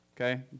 okay